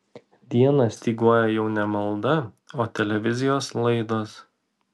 dieną styguoja jau ne malda o televizijos laidos